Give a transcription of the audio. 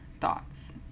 thoughts